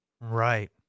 Right